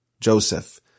Joseph